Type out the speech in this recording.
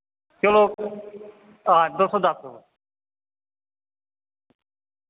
चलो हां दो सौ दस